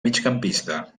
migcampista